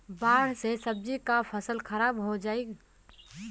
बाढ़ से सब्जी क फसल खराब हो जाई